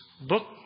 Book